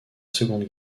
seconde